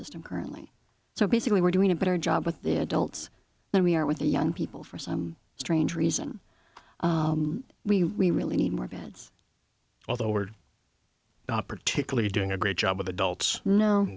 system currently so basically we're doing a better job with the adults than we are with the young people for some strange reason we really need more beds although are not particularly doing a great job with adults no